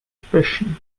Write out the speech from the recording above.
expression